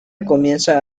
comienza